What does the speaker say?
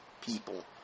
people